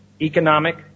economic